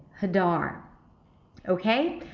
hadar okay,